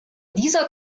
dieser